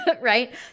Right